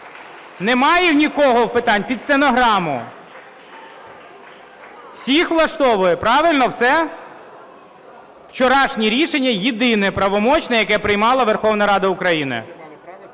Немає ні в кого питань? Під стенограму. Всіх влаштовує, правильно все? Вчорашнє рішення – єдине правомочне, яке приймала Верховна Рада України.